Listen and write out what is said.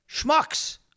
schmucks